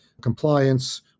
compliance